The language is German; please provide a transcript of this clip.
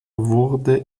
wurde